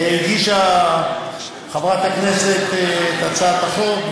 הגישה חברת הכנסת את הצעת החוק,